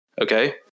Okay